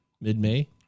mid-May